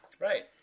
right